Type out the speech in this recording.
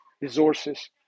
resources